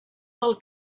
del